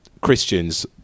Christians